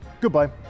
goodbye